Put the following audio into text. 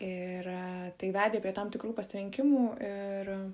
ir tai vedė prie tam tikrų pasirinkimų ir